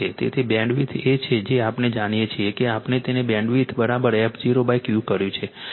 તેથી બેન્ડવિડ્થ એ છે કે આપણે જાણીએ છીએ કે આપણે તેને બેન્ડવિડ્થ f0Q કર્યું છે